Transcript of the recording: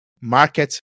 market